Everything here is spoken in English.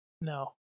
No